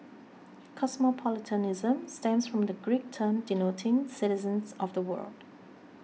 cosmopolitanism stems from the Greek term denoting citizens of the world